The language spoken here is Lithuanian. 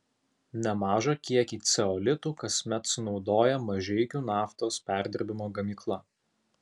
nemažą kiekį ceolitų kasmet sunaudoja mažeikių naftos perdirbimo gamykla